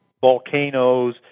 volcanoes